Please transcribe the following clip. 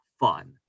Fun